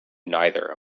neither